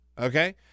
Okay